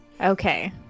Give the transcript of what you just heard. Okay